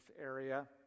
area